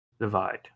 divide